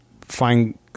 find